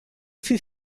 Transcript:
fut